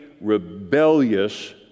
rebellious